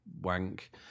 wank